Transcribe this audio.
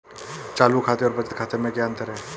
चालू खाते और बचत खाते में क्या अंतर है?